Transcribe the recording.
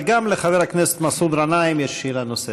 וגם לחבר הכנסת מסעוד גנאים יש שאלה נוספת.